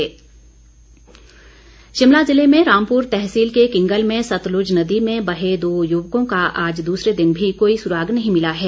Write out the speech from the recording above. लापता शिमला ज़िले में रामपुर तहसील के किंगल में सतलुज नदी में बहे दो युवकों का आज दूसरे दिन भी कोई सुराग नहीं मिला है